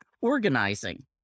organizing